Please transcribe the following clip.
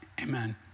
amen